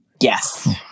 Yes